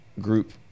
group